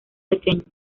pequeños